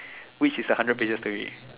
which is a hundred pages pay